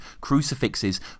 crucifixes